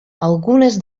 algunes